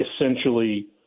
essentially